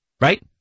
right